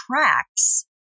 tracks